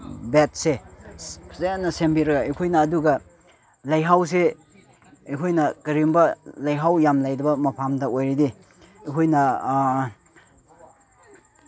ꯕꯦꯗꯁꯦ ꯐꯖꯅ ꯁꯦꯝꯕꯤꯔꯒ ꯑꯩꯈꯣꯏꯅ ꯑꯗꯨꯒ ꯂꯩꯍꯥꯎꯁꯦ ꯑꯩꯈꯣꯏꯅ ꯀꯔꯤꯒꯨꯝꯕ ꯂꯩꯍꯥꯎ ꯌꯥꯝ ꯂꯩꯗꯕ ꯃꯐꯝꯗ ꯑꯣꯏꯔꯗꯤ ꯑꯩꯈꯣꯏꯅ